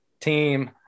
team